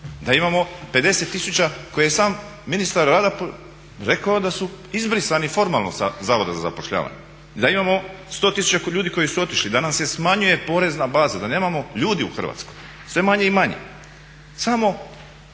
da imamo 50000 koje je sam ministar rada rekao da su izbrisani formalno sa Zavoda za zapošljavanje i da imamo 100 tisuća ljudi koji su otišli, da nam se smanjuje porezna baza, da nemamo ljudi u Hrvatskoj, sve manje i manje.